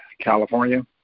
California